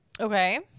Okay